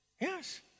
Yes